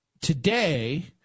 today